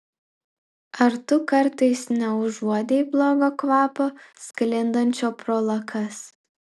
ar tu kartais neužuodei blogo kvapo sklindančio pro lakas